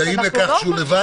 שהם מודעים לכך שהוא לבד?